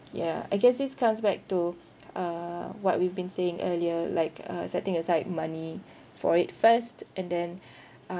yeah I guess this comes back to uh what we've been saying earlier like uh setting aside money for it first and then